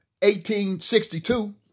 1862